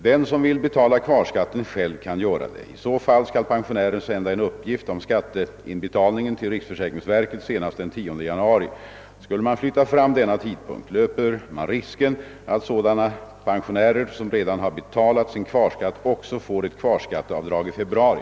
Den som vill betala kvarskatten själv kan göra det. I så fall skall pensionären sända en uppgift om skatteinbetalningen till riksförsäkringsverket senast den 10 januari. Skulle man flytta fram denna tidpunkt, löper man risken att sådana pensionärer som redan har betalat sin kvarskatt också får ett kvarskatteavdrag i februari.